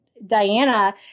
Diana